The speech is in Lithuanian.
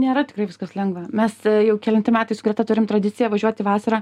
nėra tikrai viskas lengva mes jau kelinti metai su greta turim tradiciją važiuoti vasarą